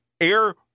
Air